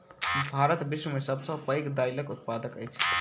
भारत विश्व में सब सॅ पैघ दाइलक उत्पादक अछि